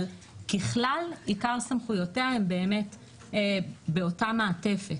ככלל, עיקר סמכויותיה הם באותה מעטפת